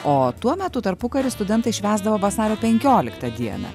o tuo metu tarpukariu studentai švęsdavo vasario penkioliktą dieną